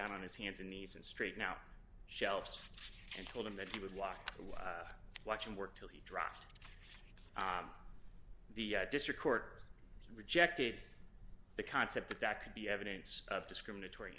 down on his hands and knees and straight now shelves and told him that he would walk away watch him work till he dropped the district court rejected the concept that could be evidence of discriminatory